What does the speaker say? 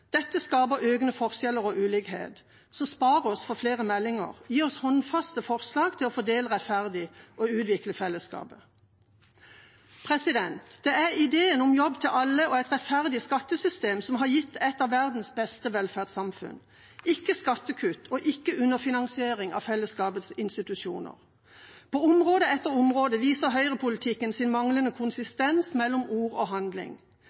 Dette skaper økende forskjeller og ulikhet, så spar oss for flere meldinger, gi oss håndfaste forslag til å fordele rettferdig og utvikle fellesskapet. Det er ideen om jobb til alle og et rettferdig skattesystem som har gitt oss et av verdens beste velferdssamfunn, ikke skattekutt og underfinansiering av fellesskapets institusjoner. På område etter område viser høyrepolitikken sin manglende konsistens mellom ord og handling.